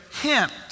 hint